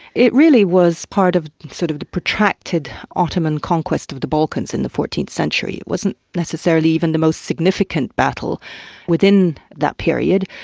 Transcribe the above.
it really was part of sort of the protracted ottoman conquest of the balkans in the fourteenth century, it wasn't necessarily even the most significant battle within that period.